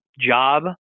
job